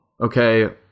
okay